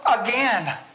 again